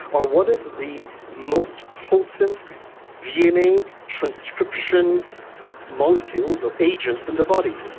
are one of the most potent dna transcription molecules or agents in the body.